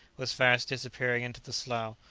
was fast disappearing into the slough.